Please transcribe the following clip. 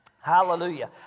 Hallelujah